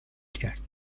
کرد